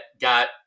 got